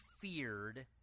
feared